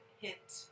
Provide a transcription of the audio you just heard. hit